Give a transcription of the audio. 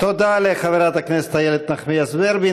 תודה לחברת הכנסת איילת נחמיאס ורבין.